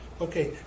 okay